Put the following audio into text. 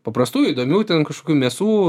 paprastų įdomių ten kažkokių mėsų